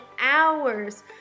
hours